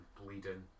bleeding